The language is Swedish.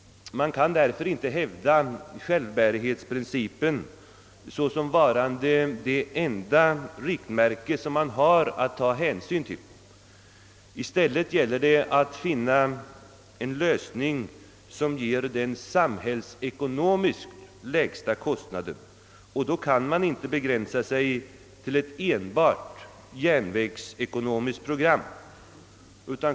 Man kan enligt min uppfattning inte hävda självbärighetsprincipen såsom varande det enda riktmärke som man har att ta hänsyn till. I stället gäller det att finna en lösning som ger den samhällsekonomiskt lägsta kostnaden, och då kan man inte begränsa sig till ett enbart järnvägsekonomiskt program.